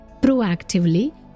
Proactively